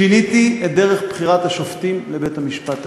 שיניתי את דרך בחירת השופטים לבית-המשפט העליון,